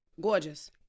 Gorgeous